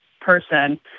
person